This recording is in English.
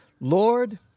Lord